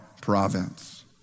province